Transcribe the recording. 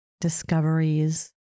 discoveries